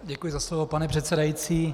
Děkuji za slovo, pane předsedající.